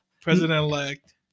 President-elect